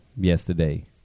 yesterday